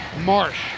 Marsh